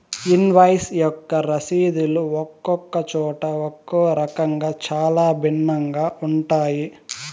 invoice యొక్క రసీదులు ఒక్కొక్క చోట ఒక్కో రకంగా చాలా భిన్నంగా ఉంటాయి